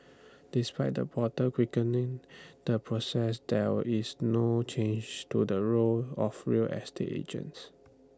despite the portal quickening the process there is no change to the role of real estate agents